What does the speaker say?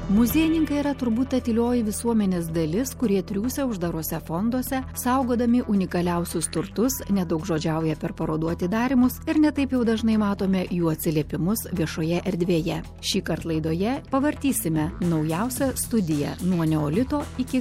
muziejininkai yra turbūt ta tylioji visuomenės dalis kurie triūsia uždaruose fonduose saugodami unikaliausius turtus nedaugžodžiauja per parodų atidarymus ir ne taip jau dažnai matome jų atsiliepimus viešoje erdvėje šįkart laidoje pavartysime naujausią studiją nuo neolito iki